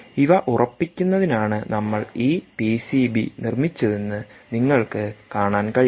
ഇവ ഉറപ്പിക്കുന്നതിനാണ് നമ്മൾ ഈ പിസിബി നിർമ്മിച്ചതെന്ന് നിങ്ങൾക്ക് കാണാൻ കഴിയും